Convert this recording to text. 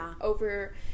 over